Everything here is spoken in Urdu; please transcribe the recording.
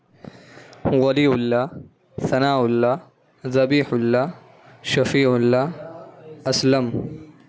Wali Allah Sanaullah Zabihullah Shafiullah Aslam